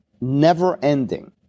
never-ending